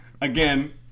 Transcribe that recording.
Again